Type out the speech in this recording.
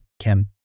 Kim